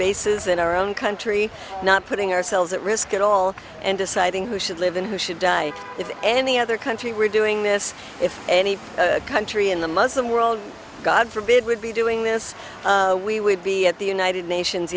bases in our own country not putting ourselves at risk at all and deciding who should live in who should die if any other country where doing this if any country in the muslim world god forbid would be doing this we would be at the united nations